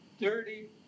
dirty